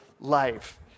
life